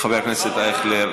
חבר הכנסת אייכלר.